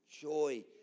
joy